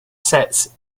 sets